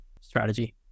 strategy